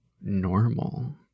normal